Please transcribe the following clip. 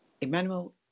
Emmanuel